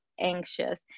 anxious